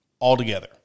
altogether